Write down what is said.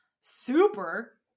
Super